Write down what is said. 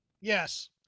Yes